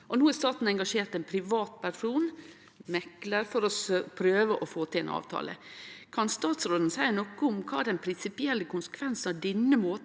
No har staten engasjert ein privatperson, ein meklar, for å prøve å få til ein avtale. Kan statsråden seie noko om kva den prinsipielle konsekvensen denne måten